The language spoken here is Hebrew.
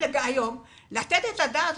לתת דעת,